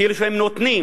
כאילו שהם נותנים,